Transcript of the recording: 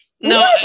No